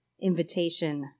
invitation